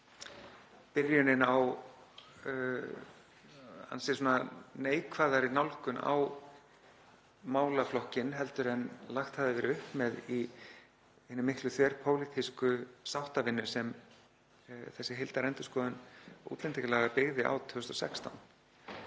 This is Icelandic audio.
byrjunin á neikvæðari nálgun á málaflokkinn en lagt hafði verið upp með í hinni miklu þverpólitísku sáttavinnu sem heildarendurskoðun útlendingalaga byggði á 2016.